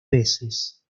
veces